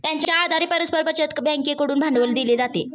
त्यांच्या आधारे परस्पर बचत बँकेकडून भांडवल दिले जाते